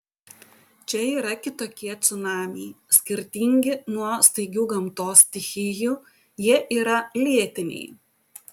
čia yra kitokie cunamiai skirtingi nuo staigių gamtos stichijų jie yra lėtiniai